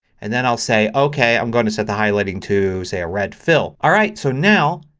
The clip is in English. and then i'll say okay i'm going to set the highlighting to say a red fill. alright. so now